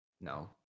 no